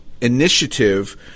initiative